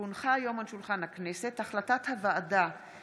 כי הונחה היום על שולחן הכנסת החלטת הוועדה לביטחון